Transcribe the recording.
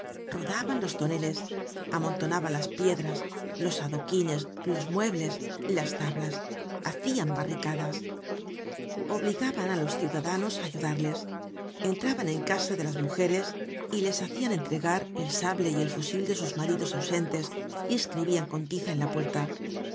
rodaban los toneles amontonaban las piedras los adoquines los muebles las tablas hacian barricadas obligaban á los ciudadanos á ayudarles entraban en casa de las mujeres y les hacian entregar el sable y el fusil de sus maridos ausentes y escribian con tiza en la puerta